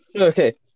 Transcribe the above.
Okay